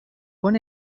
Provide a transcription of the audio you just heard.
con